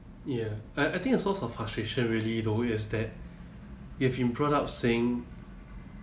ya I I think a source of frustration really is that you have been brought up saying